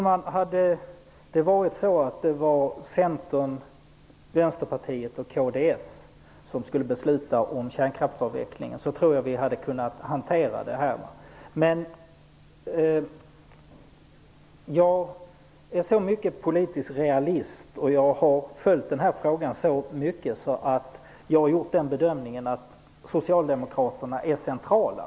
Herr talman! Om Centern, Vänsterpartiet och kds skulle besluta om kärnkraftsavvecklingen tror jag att vi skulle kunna hantera det. Men jag är tillräckligt mycket av politisk realist och jag har följt frågan så länge att min bedömning är att Socialdemokraterna är centrala.